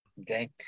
okay